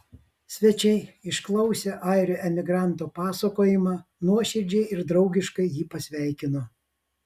svečiai išklausę airio emigranto pasakojimą nuoširdžiai ir draugiškai jį pasveikino